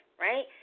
right